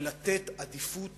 ולתת עדיפות